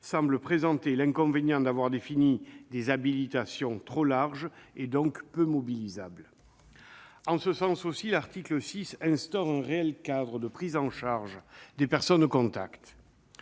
-semblent présenter l'inconvénient d'avoir défini des habilitations trop larges, donc peu mobilisables. C'est dans le même sens que l'article 6 instaure un réel cadre de prise en charge des personnes contacts.